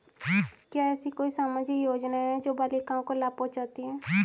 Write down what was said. क्या ऐसी कोई सामाजिक योजनाएँ हैं जो बालिकाओं को लाभ पहुँचाती हैं?